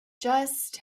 just